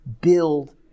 build